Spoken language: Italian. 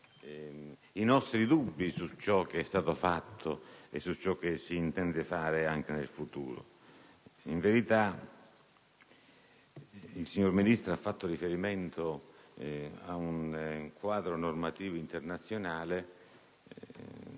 i nostri dubbi su ciò che è stato fatto e su ciò che si intende fare anche nel futuro. In verità, il ministro Maroni ha fatto riferimento ad un quadro normativo internazionale,